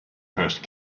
first